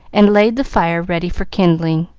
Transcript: and laid the fire ready for kindling